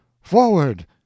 Forward